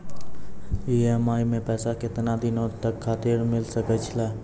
EMI मैं पैसवा केतना दिन खातिर मिल सके ला?